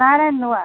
କଣା ନୂଆ